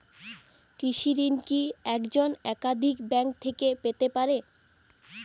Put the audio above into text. কৃষিঋণ কি একজন একাধিক ব্যাঙ্ক থেকে পেতে পারে?